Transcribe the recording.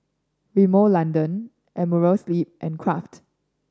Rimmel London Amerisleep and Kraft